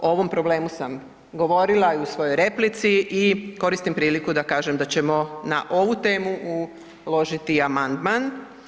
O ovom problemu sam govorila i u svojoj replici i koristim priliku da kažem da ćemo na ovu temu uložiti amandman.